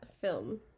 film